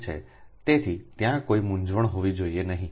તેથી ત્યાં કોઈ મૂંઝવણ હોવી જોઈએ નહીં